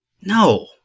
No